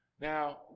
Now